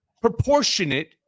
proportionate